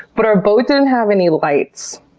but our boat didn't have any lights!